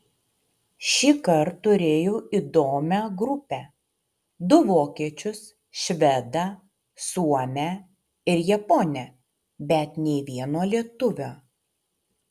šįkart turėjau įdomią grupę du vokiečius švedą suomę ir japonę bet nė vieno lietuvio